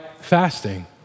fasting